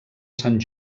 sant